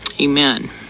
Amen